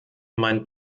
meinen